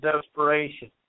desperation